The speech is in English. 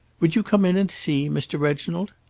would you come in and see, mr. reginald?